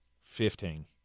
Fifteen